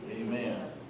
Amen